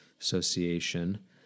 Association